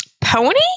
Pony